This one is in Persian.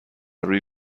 روی